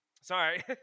Sorry